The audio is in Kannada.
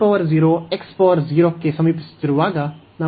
e 0 x 0 ಕ್ಕೆ ಸಮೀಪಿಸುತ್ತಿರುವಾಗ